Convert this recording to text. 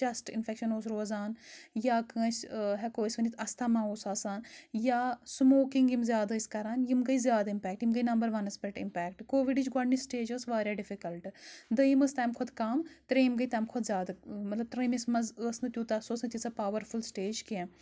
chest infection اوس روزان یا کٲنسہِ ہؠکو ٲسۍ ؤنِتھ اَستھَما اوس آسان یا سٕموکِنٛگ یِم زیاد ٲسۍ کَران یِم گٔے زیاد اِمپیکٹ یِم گٔے نَمبَر وَنَس پؠٹھ اِمپیکٹ کووِڈٕچ گۄڈنِچ سٕٹیج ٲس واریاہ ڈِفِکَلٹ دوٚیِم ٲس تَمہِ کھۄتہٕ کَم تریٚیِم گٔے تَمہِ کھۄتہٕ زیاد مَطلب ترٛیٚیِمَس منٛز ٲس نہٕ تیوٗتاہ سُہ اوس نہٕ تیٖژاہ پاوَرفُل سٹیج کینٛہہ